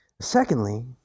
Secondly